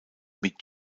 mit